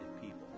people